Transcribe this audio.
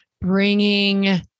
bringing